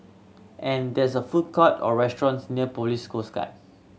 and there's a food court or restaurants near Police Coast Guard